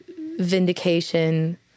vindication